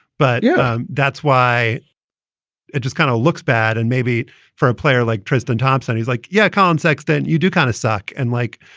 but yeah, that's why it just kind of looks bad. and maybe for a player like tristan thompson, he's like, yeah, colin sexton you do kind of suck. and like,